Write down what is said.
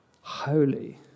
holy